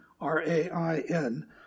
R-A-I-N